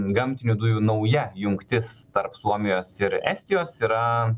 gamtinių dujų nauja jungtis tarp suomijos ir estijos yra